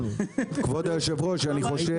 כבוד היושב ראש, אני חושב